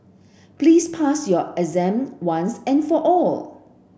please pass your exam once and for all